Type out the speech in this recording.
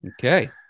Okay